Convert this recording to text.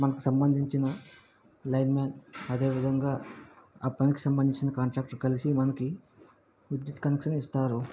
మనకు సంబంధించిన lineman అదేవిధంగా ఆ పనికి సంబంధించిన కాంట్రాక్టర్ కలిసి మనకి విద్యుత్ కనెక్షన్ ఇస్తారు